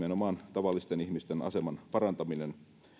tavallisten ihmisten aseman parantaminen